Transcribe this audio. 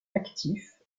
actif